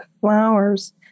flowers